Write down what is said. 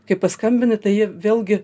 kai paskambini tai jie vėlgi